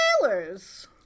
trailers